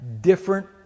different